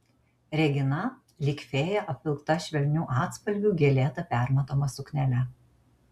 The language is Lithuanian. regina lyg fėja apvilkta švelnių atspalvių gėlėta permatoma suknele